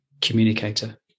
communicator